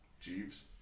Jeeves